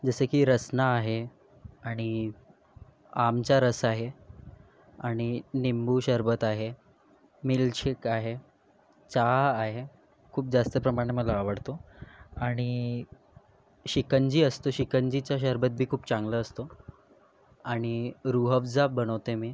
जसे की रसना आहे आणि आमचा रस आहे आणि निंबू शरबत आहे मिल्कशेक आहे चहा आहे खूप जास्त प्रमाणात मला आवडतो आणि शिकंजी असतं शिकंजीचं सरबत बी खूप चांगलं असतो आणि रूह अफजा बनवते मी